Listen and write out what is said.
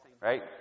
Right